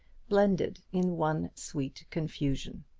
blended in one sweet confusion.